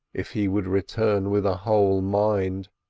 if he would return with a whole mind.